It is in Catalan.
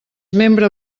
membre